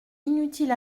inutile